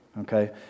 okay